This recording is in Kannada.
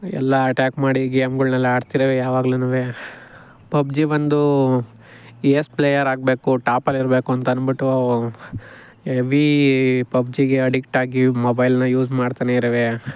ಎಲ್ಲ ಅಟ್ಯಾಕ್ ಮಾಡಿ ಗೇಮ್ಗಳ್ನೆಲ್ಲ ಆಡ್ತಿರುವೆ ಯಾವಾಗ್ಲುನು ಪಬ್ಜಿ ಬಂದು ಏಸ್ ಪ್ಲೇಯರ್ ಆಗಬೇಕು ಟಾಪಲ್ಲಿರಬೇಕು ಅಂತನ್ಬಿಟ್ಟೂ ಎವೀ ಪಬ್ಜಿಗೆ ಅಡಿಕ್ಟಾಗಿ ಮೊಬೈಲ್ನ ಯೂಸ್ ಮಾಡ್ತಾನೆ ಇರುವೆ